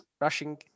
rushing